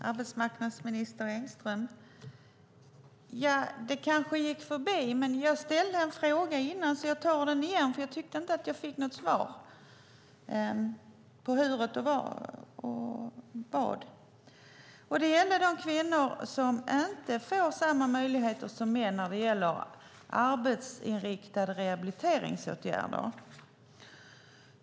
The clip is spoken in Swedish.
Herr talman! Det kanske gick arbetsmarknadsministern förbi, men jag ställde en fråga förut. Jag tar den igen, för jag tyckte inte att jag fick något svar. Det gäller de kvinnor som inte får samma möjligheter som män när det gäller arbetsinriktade rehabiliteringsåtgärder.